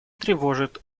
тревожит